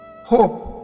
Hope